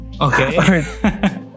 Okay